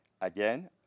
Again